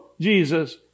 Jesus